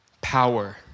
Power